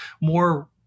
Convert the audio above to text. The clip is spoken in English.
more